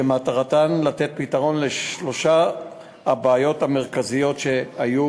שמטרתה לתת פתרון לשלוש הבעיות המרכזיות שהיו